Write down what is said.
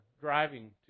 driving